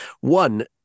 One